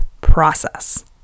process